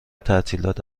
تعطیلات